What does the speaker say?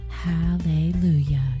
Hallelujah